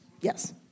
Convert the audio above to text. Yes